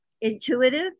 intuitive